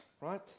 Right